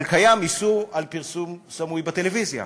אבל קיים איסור על פרסום סמוי בטלוויזיה,